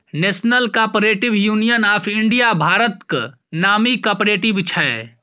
national cooperative union of India भारतक नामी cooperative छै